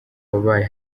wabaye